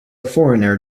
foreigner